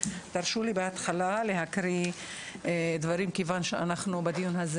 תרשו לי להקריא תחילה דברים כיוון שבדיון זה